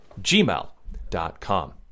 gmail.com